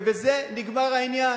ובזה נגמר העניין.